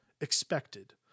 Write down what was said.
expected